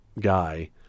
guy